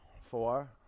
four